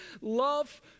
love